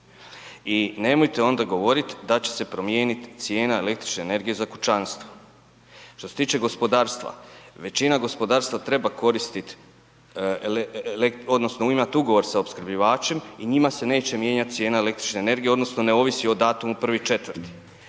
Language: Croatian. I nemojte onda govoriti da će se promijeniti cijena električne energije za kućanstvo. Što se tiče gospodarstva, većina gospodarstva treba koristiti odnosno imati ugovor sa opskrbljivačem i njima se neće mijenjati cijena električne energije odnosno ne ovisi o datumu 1.4. A što